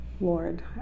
lord